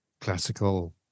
classical